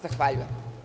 Zahvaljujem.